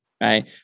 right